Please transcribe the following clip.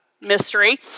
mystery